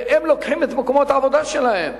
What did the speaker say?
והם לוקחים את מקומות העבודה שלהן.